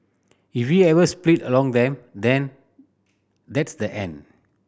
if we ever split along them than that's the end